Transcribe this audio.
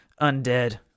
undead